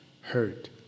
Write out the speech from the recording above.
hurt